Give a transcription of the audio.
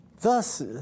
Thus